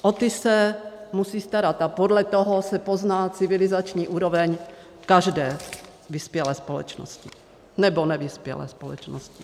O ty se musí starat a podle toho se pozná civilizační úroveň každé vyspělé společnosti, nebo nevyspělé společnosti.